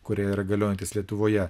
kurie yra galiojantys lietuvoje